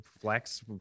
flex